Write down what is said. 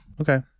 Okay